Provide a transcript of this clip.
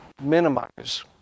minimize